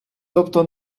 тобто